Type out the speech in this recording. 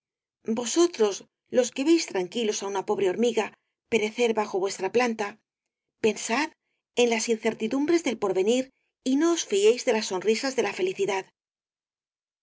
vosotros los que veis tranquilos á una pobre hormiga perecer bajo vuestra planta pensad en las incertiel caballero de las botas azules dumbres del porvenir y no os fiéis de las sonrisas de la felicidad